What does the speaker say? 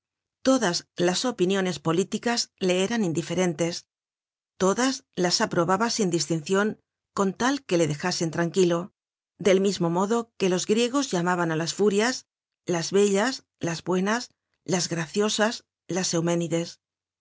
todas las opiniones políticas le eran indiferentes todas las aprobaba sin distincion con tal que le dejasen tranquilo del mismo modo que los griegos llamaban á las furias las bellas las buenas las graciosas las